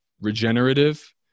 regenerative